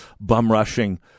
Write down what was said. bum-rushing